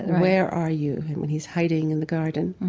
where are you? and when he's hiding in the garden.